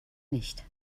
nicht